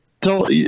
tell